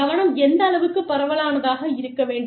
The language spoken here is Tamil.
கவனம் எந்த அளவுக்கு பரவலானதாக இருக்க வேண்டும்